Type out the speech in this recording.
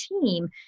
team